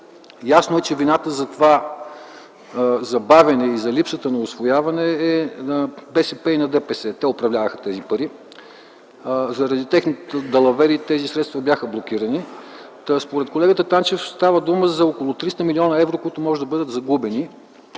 Ясно е, че вината за това забавяне и за липсата на усвояване е на БСП и ДПС – те управляваха тези пари. Заради техните далавери тези средства бяха блокирани. Според колегата Танчев става въпрос за около 300 млн. лв., които могат да бъдат загубени.